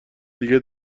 دیگه